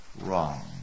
wrong